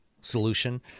solution